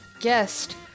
guest